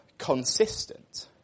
Consistent